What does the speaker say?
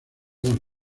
dos